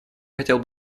хотел